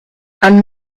and